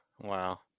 wow